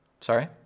Sorry